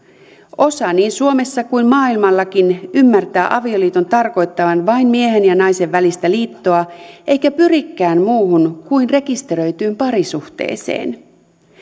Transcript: osa niin suomessa kuin maailmallakin ymmärtää avioliiton tarkoittavan vain miehen ja naisen välistä liittoa eikä pyrikään muuhun kuin rekisteröityyn parisuhteeseen